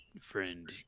Friend